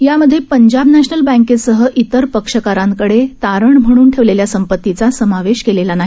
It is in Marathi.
यामध्ये पंजाब नॅशनल बँकेसह इतर पक्षकारांकडे तारण म्हणून ठेवलेल्या संपतीचा समावेश केलेला नाही